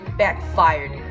backfired